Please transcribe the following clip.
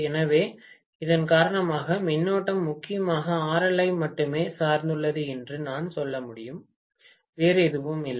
எனவே இதன் காரணமாக மின்னோட்டம் முக்கியமாக RL ஐ மட்டுமே சார்ந்துள்ளது என்று நான் சொல்ல முடியும் வேறு எதுவும் இல்லை